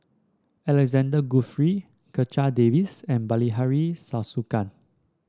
Alexander Guthrie Checha Davies and Bilahari Kausikan